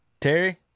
Terry